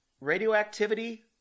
radioactivity